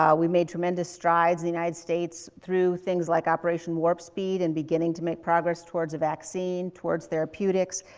yeah we made tremendous strides in the united states through things like operation warp speed and beginning to make progress towards a vaccine, towards therapeutics.